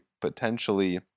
potentially